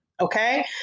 okay